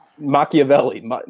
Machiavelli